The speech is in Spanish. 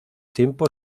tiempo